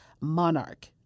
monarch